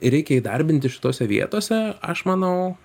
reikia įdarbinti šitose vietose aš manau